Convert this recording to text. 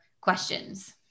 questions